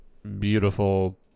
beautiful